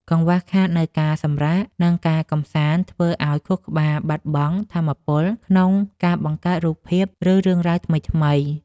កង្វះខាតនូវការសម្រាក និងការកម្សាន្ត ធ្វើឱ្យខួរក្បាលបាត់បង់ថាមពលក្នុងការបង្កើតរូបភាព ឬរឿងរ៉ាវថ្មីៗ។